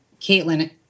Caitlin